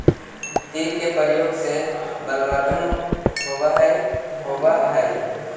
तिल के प्रयोग से बलवर्धन होवअ हई